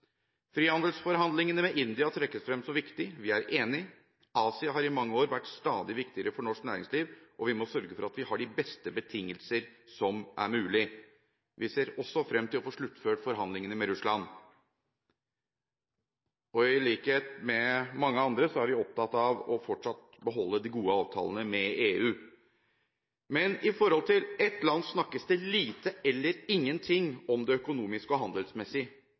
Frihandelsforhandlingene med India trekkes frem som viktig. Vi er enig. Asia har i mange år vært stadig viktigere for norsk næringsliv, og vi må sørge for at vi har de beste betingelser som er mulig. Vi ser også frem til å få sluttført forhandlingene med Russland. I likhet med mange andre er vi opptatt av fortsatt å beholde de gode avtalene med EU. Men når det gjelder ett land snakkes det lite eller ingenting om det økonomiske og